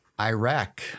Iraq